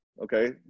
Okay